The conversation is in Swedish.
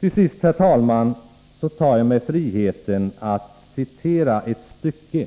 Till sist, herr talman, tar jag mig friheten att citera ett stycke